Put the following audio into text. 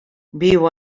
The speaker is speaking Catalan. viu